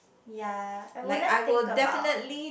ya I wouldn't think about